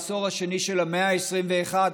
בעשור השני של המאה ה-21,